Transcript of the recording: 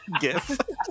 gift